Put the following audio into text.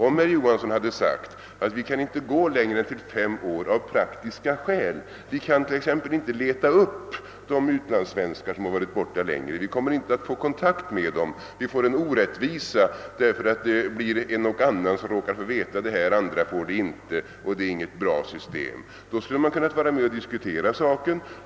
Om herr Johansson sagt att vi inte kan sträcka oss längre än till fem år av praktiska skäl, t.ex. därför att det inte går att leta reda på de utlandssvenskar som varit borta längre tid, vi kommer inte att få kontakt med dem och det uppstår orättvisor därför att en och annan råkar få kännedom om bestämmelserna medan andra inte får det, om det av dessa anledningar görs gällande att det inte är något bra system skulle saken kunna diskuteras.